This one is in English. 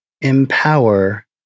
empower